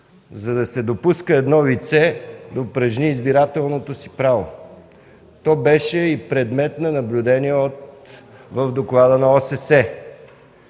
за да се допуска едно лице да упражни избирателното си право. То беше и предмет на наблюдение в Доклада на ОССЕ.